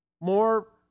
more